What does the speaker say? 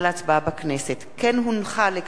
לקריאה שנייה ולקריאה שלישית: